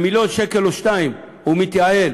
במיליון שקל או שניים הוא מתייעל,